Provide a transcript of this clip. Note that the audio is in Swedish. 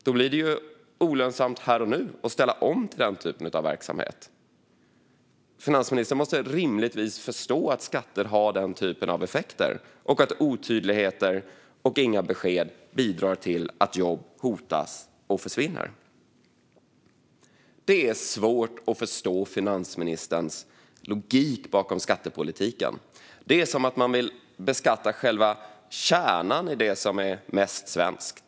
Då blir det olönsamt här och nu att ställa om till den typen av verksamhet. Finansministern måste rimligtvis förstå att skatter har den här typen av effekter och att otydligheter och inga besked bidrar till att jobb hotas och försvinner. Det är svårt att förstå finansministerns logik bakom skattepolitiken. Det är som att man vill beskatta själva kärnan i det som är mest svenskt.